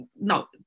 no